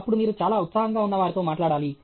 అప్పుడు మీరు చాలా ఉత్సాహంగా ఉన్న వారితో మాట్లాడాలి